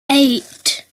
eight